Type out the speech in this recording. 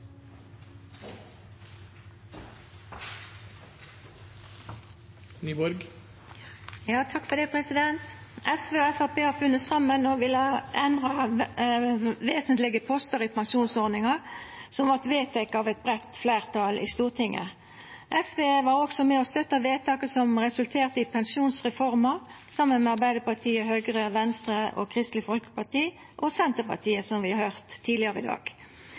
SV og Framstegspartiet har funne saman om å villa endra vesentlege postar i pensjonsordninga, som vart vedteken av eit breitt fleirtal i Stortinget. SV var også med på å støtta vedtaket som resulterte i pensjonsreforma, saman med Arbeidarpartiet, Høgre, Venstre og Kristeleg Folkeparti – og Senterpartiet, som vi har høyrt tidlegare i dag.